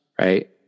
right